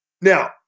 Now